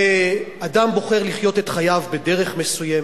אדם בוחר לחיות את חייו בדרך מסוימת,